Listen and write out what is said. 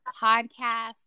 podcast